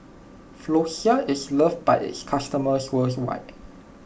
Floxia is loved by its customers worldwide